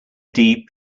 deep